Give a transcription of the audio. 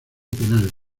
penal